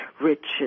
rich